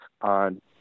on